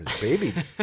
baby